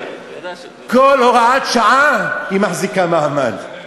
כל הוראת שעה מחזיקה מעמד,